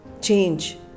change